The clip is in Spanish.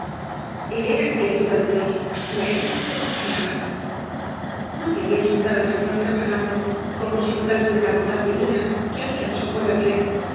el era criatura da dios y á el se confiaba no quería insultar al safior trabajando como si dudase de la bondad divina que había de socorrerle